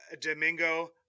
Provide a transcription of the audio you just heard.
Domingo